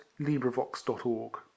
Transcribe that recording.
LibriVox.org